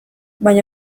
baina